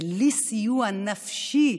בלי סיוע נפשי,